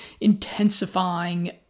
intensifying